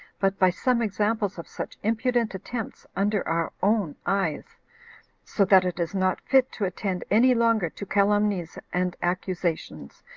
but by some examples of such impudent attempts under our own eyes so that it is not fit to attend any longer to calumnies and accusations,